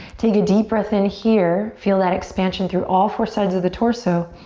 take a deep breath in here. feel that expansion through all four sides of the torso.